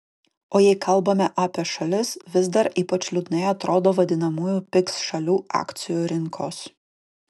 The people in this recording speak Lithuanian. o jei kalbame apie šalis vis dar ypač liūdnai atrodo vadinamųjų pigs šalių akcijų rinkos